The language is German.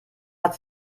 hat